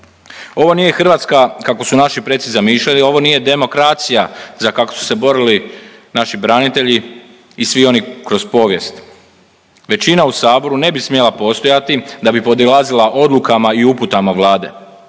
Ovo nije Hrvatska kakvu su naši preci zamišljali, ovo nije demokracija za kakvu su se borili naši branitelji i svi oni kroz povijest. Većina u Saboru ne bi smjela postojati da bi podilazila odlukama i uputama Vlade.